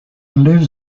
lives